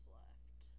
left